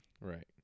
right